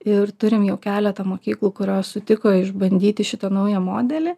ir turim jau keletą mokyklų kurios sutiko išbandyti šitą naują modelį